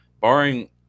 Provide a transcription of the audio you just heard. barring